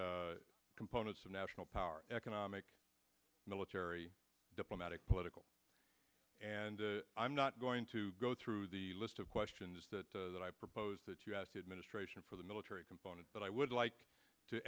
the components of national power economic military diplomatic political and i'm not going to go through the list of questions that that i propose that you ask administration for the military component but i would like to